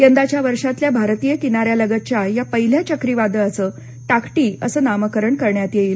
यंदाच्या वर्षातल्या भारतिय किनाऱ्यालगतच्या या पहिल्या चक्रीवादळाचं टाक्टी असं नामकरण करण्यात येईल